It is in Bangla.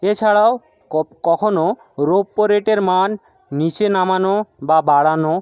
এছাড়াও কখনো রেপো রেটের মান নিচে নামানো বা বাড়ানো